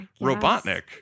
robotnik